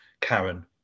Karen